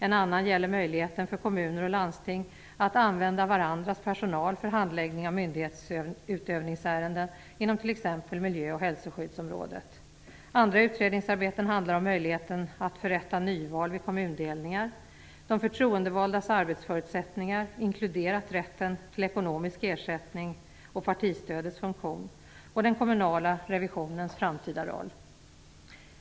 En annan fråga gäller möjligheten för kommuner och landsting att använda varandras personal för handläggning av myndighetsutövande ärenden inom t.ex. miljö och hälsoskyddsområdet. Andra utredningsarbeten handlar om möjligheten att förrätta nyval vid kommundelningar, förtroendevaldas arbetsförutsättningar, inkluderat rätten till ekonomisk ersättning och partistödets funktion, och den kommunala revisionens framtida roll.